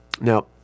Now